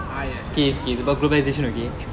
ah yes yes